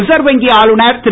reserve வங்கி ஆளுநர் திரு